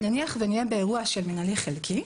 נניח שנהיה באירוע של מינהלי חלקי,